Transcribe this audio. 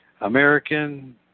American